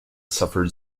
suffered